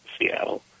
Seattle